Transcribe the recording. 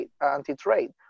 anti-trade